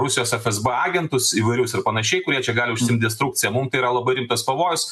rusijos fsb agentus įvairius ir panašiai kurie čia gali užsiimti destrukcija mum tai yra labai rimtas pavojus